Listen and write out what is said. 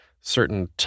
certain